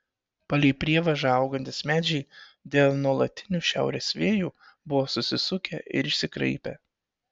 palei prievažą augantys medžiai dėl nuolatinių šiaurės vėjų buvo susisukę ir išsikraipę